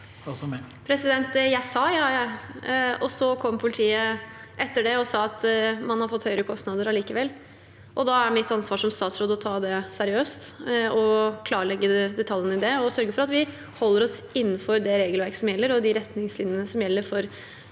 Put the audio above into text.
Jeg sa ja. Så kom politiet etter det og sa at man har fått høyere kostnader allikevel. Da er mitt ansvar som statsråd å ta det seriøst, klarlegge detaljene i det og sørge for at vi holder oss innenfor det regelverket og de retningslinjene som gjelder for